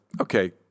okay